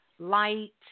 light